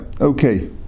okay